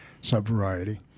sub-variety